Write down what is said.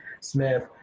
Smith